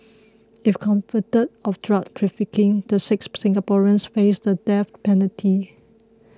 if convicted of drug trafficking the six Singaporeans face the death penalty